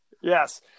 Yes